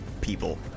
people